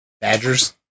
Badgers